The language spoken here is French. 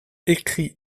écrits